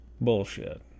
Bullshit